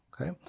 Okay